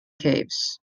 caves